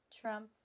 Trump